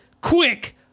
quick